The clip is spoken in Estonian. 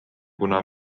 kuna